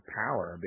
power